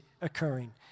occurring